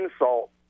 insult